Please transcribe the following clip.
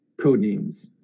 codenames